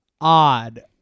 odd